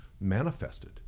manifested